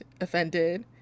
offended